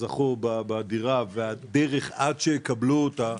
שזכו בדירה והדרך עד שיקבלו אותה,